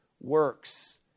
works